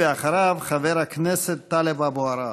אחריו, חבר הכנסת טלב אבו עראר.